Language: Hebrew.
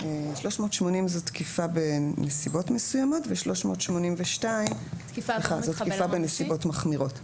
שהוא תקיפה בנסיבות מסוימות וסעיף 382 שהוא תקיפה בנסיבות מחמירות.